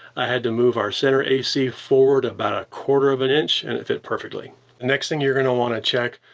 i had to move our center a c forward about a quarter of an inch, and it fit perfectly. the next thing you're gonna wanna check,